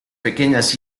pequeñas